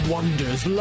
Wonders